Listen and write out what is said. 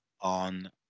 on